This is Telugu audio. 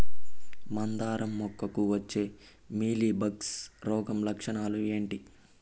మందారం మొగ్గకు వచ్చే మీలీ బగ్స్ రోగం లక్షణాలు ఏంటి?